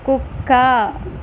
కుక్క